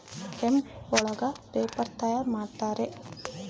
hemp ಒಳಗ paper ತಯಾರ್ ಮಾಡುತ್ತಾರೆ